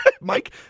Mike